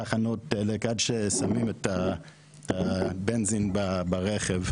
תחנות דלק עד ששמים את הבנזין ברכב.